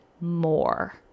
more